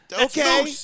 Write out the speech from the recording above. Okay